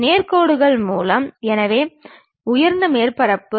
ஒன்று செங்குத்தெறியம் மற்றொன்று சாய்ந்த ஏறியம்